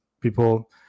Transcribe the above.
people